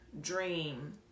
dream